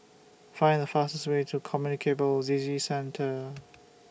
Find The fastest Way to Communicable Disease Center